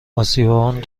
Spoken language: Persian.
اسیابان